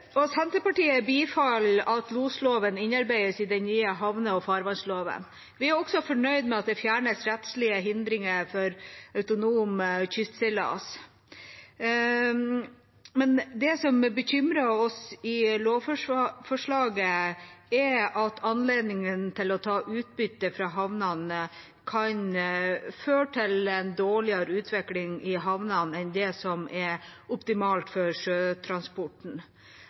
Senterpartiet bifaller at losloven innarbeides i den nye havne- og farvannsloven. Vi er også fornøyd med at det fjernes rettslige hindringer for autonome kystseilas. Men det som bekymrer oss i lovforslaget, er at anledningen til å ta utbytte fra havnene kan føre til en dårligere utvikling i havnene enn det som er optimalt for sjøtransporten.